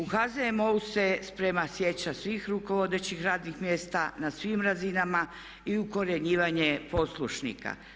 U HZMO-u sprema sječa svih rukovodećih radnih mjesta na svim razinama i ukorjenjivanje poslušnika.